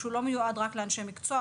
שהוא לא מיועד רק לאנשי מקצוע,